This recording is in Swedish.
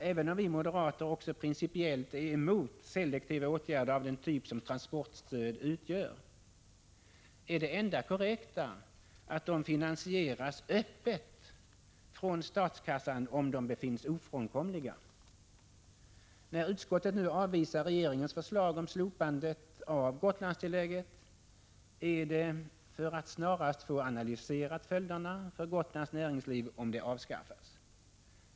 Även om vi moderater också principiellt är emot selektiva åtgärder av den typ som transportstöd utgör, är det enda korrekta att de finansieras öppet från statskassan om de befinns ofrånkomliga. När utskottet nu avvisar regeringens förslag om slopande av Gotlands = Prot. 1985/86:159 tillägget är det för att snarast få analyserat följderna för Gotlands näringsliv 2 juni 1986 om det avskaffas.